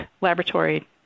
laboratory